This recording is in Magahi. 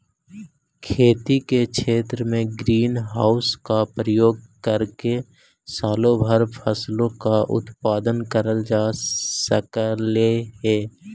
खेती के क्षेत्र में ग्रीन हाउस का प्रयोग करके सालों भर फसलों का उत्पादन करल जा सकलई हे